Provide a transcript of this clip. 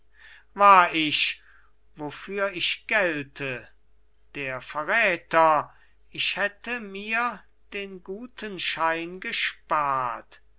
war ich wofür ich gelte der verräter ich hätte mir den guten schein gespart